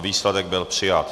Výsledek byl přijat.